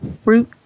fruit